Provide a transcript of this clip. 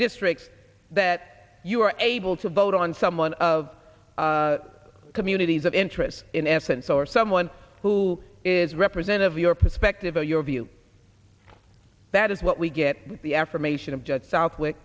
districts that you are able to vote on someone of communities of interest in essence or someone who is represent of your perspective or your view that is what we get the affirmation of just southwi